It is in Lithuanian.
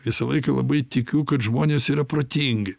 visą laiką labai tikiu kad žmonės yra protingi